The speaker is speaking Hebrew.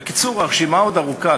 בקיצור, הרשימה עוד ארוכה.